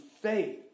faith